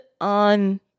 on